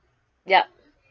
yup